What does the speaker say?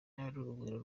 n’urugwiro